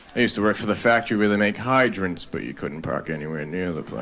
used to work for the factory where they make hydrants but you couldn't park anywhere near the